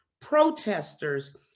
protesters